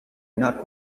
not